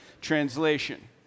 translation